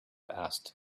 asked